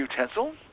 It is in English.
utensil